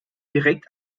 direkt